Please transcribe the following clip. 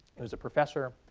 he was a professor.